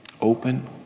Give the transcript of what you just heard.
open